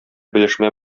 белешмә